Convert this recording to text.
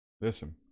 Listen